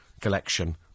Collection